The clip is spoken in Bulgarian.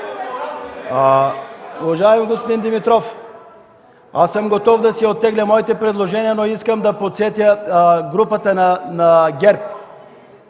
Уважаеми господин Димитров, готов съм да оттегля своите предложения, но искам да подсетя групата на ГЕРБ,